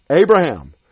Abraham